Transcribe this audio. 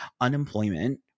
unemployment